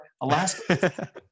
Alaska